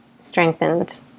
strengthened